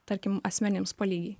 tarkim asmenims po lygiai